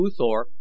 Uthor